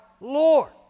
Lord